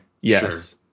Yes